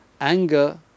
Anger